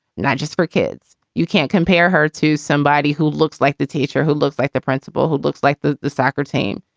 not just for kids. you can't compare her to somebody who looks like the teacher, who looks like the principal, who looks like the the soccer team.